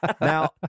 Now